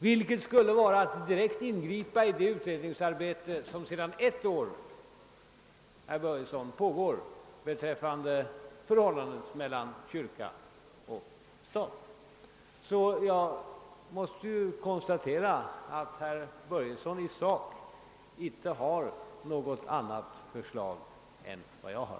Detta skulle vara att direkt ingripa i det utredningsarbete som sedan ett år pågår beträffande förhållandet mellan kyrka och stat. Jag måste därför konstatera att herr Börjesson i Falköping i sak inte har något annat förslag än vad jag har.